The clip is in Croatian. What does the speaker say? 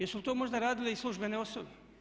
Jesu li to možda radile i službene osobe?